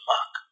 Mark